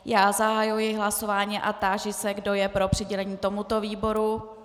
Zahajuji hlasování a táži se, kdo je pro přidělení tomuto výboru.